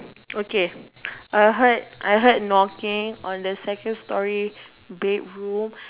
okay I heard I heard knocking on the second storey bedroom